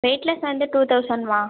weightless வந்து two தௌசண்ட்ம்மா